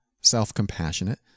self-compassionate